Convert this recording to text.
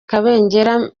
kabengera